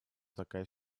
такая